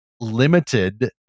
limited